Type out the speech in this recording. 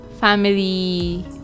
family